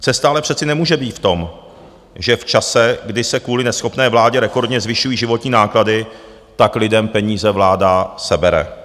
Cesta ale přece nemůže být v tom, že v čase, kdy se kvůli neschopné vládě rekordně zvyšují životní náklady, lidem peníze vláda sebere.